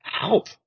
help